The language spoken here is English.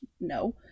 no